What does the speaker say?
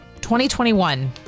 2021